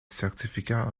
certificat